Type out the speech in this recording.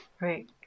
Right